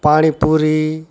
panipuri